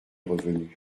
revenu